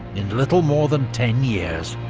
in little more than ten years.